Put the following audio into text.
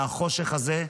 מהחושך הזה,